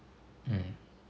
mm